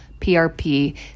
PRP